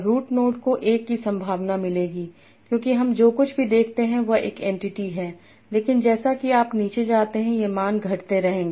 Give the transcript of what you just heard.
root node को 1 की संभावना मिलेगी क्योंकि हम जो कुछ भी देखते हैं वह एक एंटिटी है लेकिन जैसा कि आप नीचे जाते हैं ये मान घटते रहेंगे